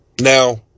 Now